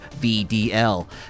VDL